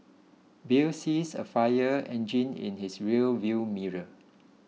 Bill sees a fire engine in his rear view mirror